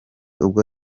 ubwo